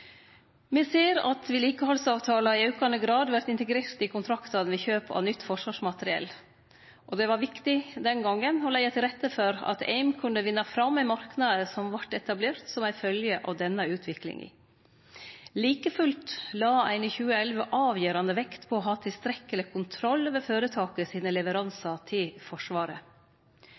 Me ser at vedlikehaldsavtalar i aukande grad vert integrerte i kontraktane ved kjøp av nytt forsvarsmateriell, og det var den gongen viktig å leggje til rette for at AIM kunne vinne fram i marknader som vart etablerte, som ei følgje av denne utviklinga. Like fullt la ein i 2011 avgjerande vekt på å ha tilstrekkeleg kontroll over føretaket sine leveransar til Forsvaret.